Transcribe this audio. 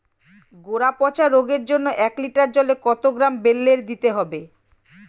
গোড়া পচা রোগের জন্য এক লিটার জলে কত গ্রাম বেল্লের দিতে হবে?